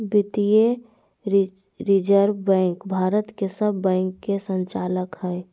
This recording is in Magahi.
भारतीय रिजर्व बैंक भारत के सब बैंक के संचालक हइ